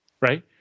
Right